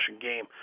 game